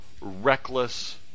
reckless